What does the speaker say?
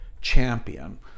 champion